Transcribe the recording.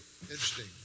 interesting